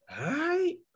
Right